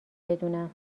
بدونم